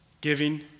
Giving